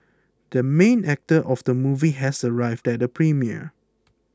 the main actor of the movie has arrived at the premiere